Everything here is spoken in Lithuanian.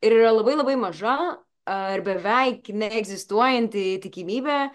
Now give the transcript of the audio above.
ir yra labai labai maža ar beveik neegzistuojanti tikimybė